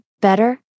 better